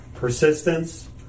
Persistence